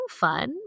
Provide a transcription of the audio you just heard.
fun